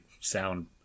sound